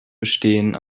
bestehen